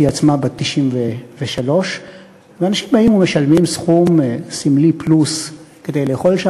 שהיא עצמה בת 93. אנשים באים ומשלמים סכום סמלי פלוס כדי לאכול שם.